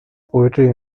poetry